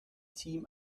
team